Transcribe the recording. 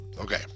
Okay